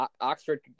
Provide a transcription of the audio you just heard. Oxford